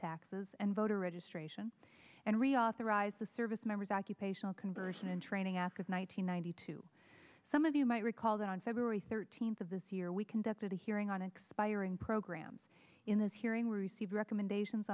taxes and voter registration and reauthorize the servicemembers occupational conversion and training act of one thousand nine hundred two some of you might recall that on february thirteenth of this year we conducted a hearing on expiring programs in this hearing received recommendations